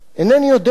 אינני יודע.